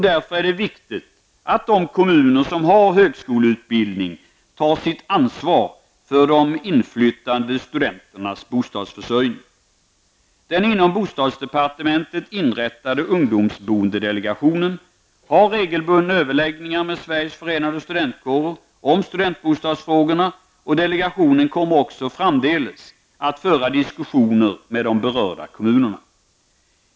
Därför är det viktigt att de kommuner som har högskoleutbildning tar sitt ansvar för de inflyttande studenternas bostadsförsörjning. Den inom bostadsdepartementet inrättade ungdomsboendedelegationen har regelbundna överläggningar med Sveriges förenade studentkårer om studentbostadsfrågorna, och delegationen kommer också framdeles att föra diskussioner med de berörda kommunerna.